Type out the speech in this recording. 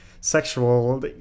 sexual